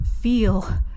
feel